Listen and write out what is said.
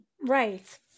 Right